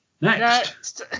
next